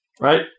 right